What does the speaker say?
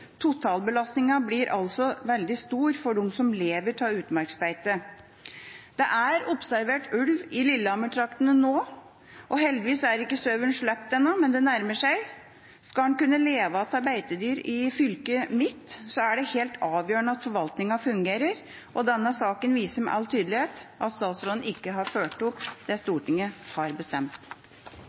Totalbelastningen blir altså veldig stor for dem som lever av utmarksbeite. Det er observert ulv i Lillehammer-traktene nå, og heldigvis er ikke sauen sluppet ennå, men det nærmer seg. Skal en kunne leve av beitedyr i fylket mitt, er det helt avgjørende at forvaltningen fungerer. Denne saken viser med all tydelighet at statsråden ikke har fulgt opp det Stortinget har bestemt.